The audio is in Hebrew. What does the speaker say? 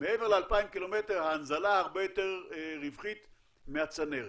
מעבר ל-2,000 קילומטר ההנזלה הרבה יותר רווחית מהצנרת.